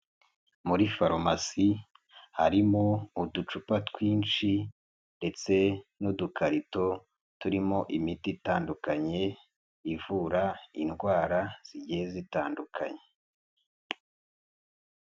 Muri farumasi harimo uducupa twinshi ndetse n'udukarito turimo imiti itandukanye ivura indwara zigiye zitandukanye.